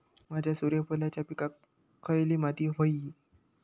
माझ्या सूर्यफुलाच्या पिकाक खयली माती व्हयी?